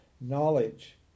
Knowledge